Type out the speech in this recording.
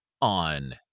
on